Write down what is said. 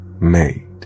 made